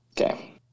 Okay